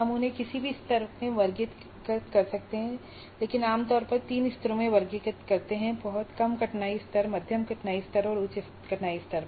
हम उन्हें किसी भी स्तर में वर्गीकृत कर सकते हैं लेकिन आमतौर पर लोग उन्हें 3 स्तरों में वर्गीकृत करते हैं बहुत कम कठिनाई स्तर मध्यम कठिनाई स्तर उच्च कठिनाई स्तर